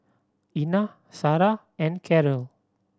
Ina Sara and Carol